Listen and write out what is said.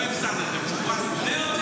לא הפסדתם, הובסתם.